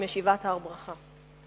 עם ישיבת הר-ברכה.